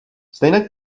stejnak